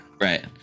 Right